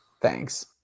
Thanks